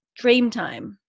Dreamtime